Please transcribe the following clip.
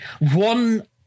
One